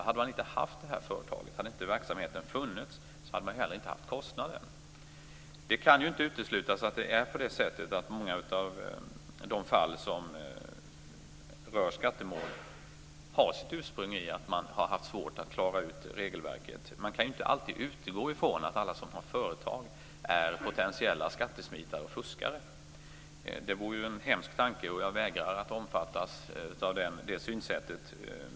Hade inte företaget, verksamheten, funnits hade inte heller kostnaden funnits. Det kan inte uteslutas att många av skattemålen har sitt ursprung i att man har haft svårt att klara ut regelverket. Man kan inte alltid utgå från att alla som har företag är potentiella skattesmitare och fuskare. Det vore en hemsk tanke, och jag vägrar att omfattas av det synsättet.